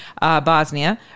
Bosnia